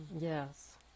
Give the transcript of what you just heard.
Yes